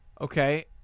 Okay